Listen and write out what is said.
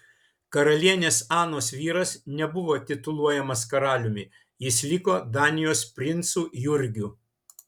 karalienės anos vyras nebuvo tituluojamas karaliumi jis liko danijos princu jurgiu